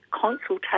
consultation